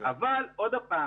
אבל שוב,